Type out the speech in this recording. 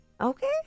Okay